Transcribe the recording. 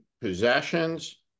possessions